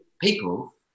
people